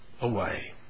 away